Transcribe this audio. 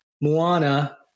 Moana